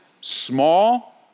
small